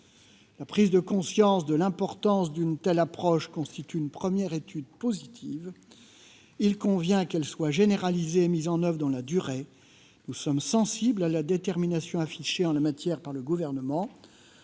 La prise de conscience de l'importance d'une telle approche constitue une première étape positive. Il convient qu'elle soit généralisée et mise en oeuvre dans la durée. Nous sommes sensibles à la détermination affichée en la matière par le Gouvernement.